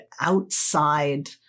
outside